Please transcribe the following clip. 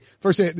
first